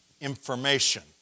information